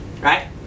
right